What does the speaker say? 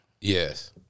yes